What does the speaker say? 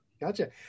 Gotcha